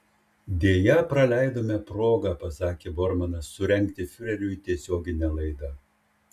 deja praleidome progą pasakė bormanas surengti fiureriui tiesioginę laidą